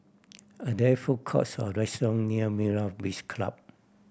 are there food courts or restaurant near Myra Breach Club